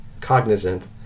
cognizant